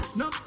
no